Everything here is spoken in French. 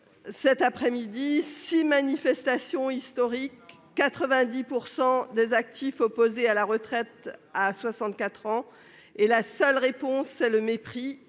les accentuer. Six manifestations historiques, 90 % des actifs opposés à la retraite à 64 ans, et votre seule réponse est le mépris